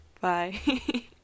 bye